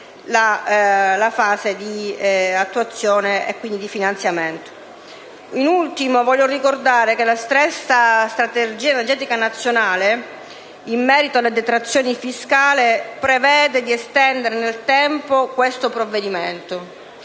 Infine, voglio ricordare che la stessa strategia energetica nazionale, in merito alle detrazioni fiscali, prevede di estendere nel tempo questa misura,